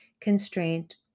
constraint